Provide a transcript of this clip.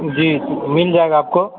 जी मिल जाएगा आपको